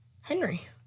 Henry